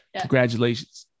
Congratulations